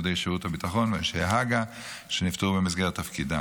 עובדי שירות הביטחון ואנשי הג"א שנפטרו במסגרת תפקידם.